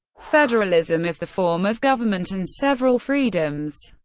federalism as the form of government, and several freedoms.